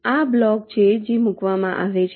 આ બ્લોક છે જે મૂકવામાં આવે છે